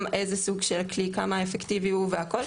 לגבי איזה סוג של כלי וכמה אפקטיבי הוא וכולי,